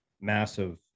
massive